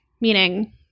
meaning –